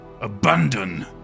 Abandon